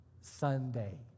Sunday